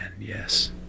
yes